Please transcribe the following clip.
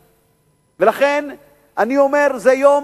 ולכן אני אומר, זה יום